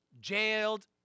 jailed